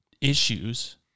Issues